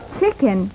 chicken